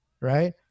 Right